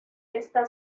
está